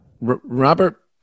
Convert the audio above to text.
Robert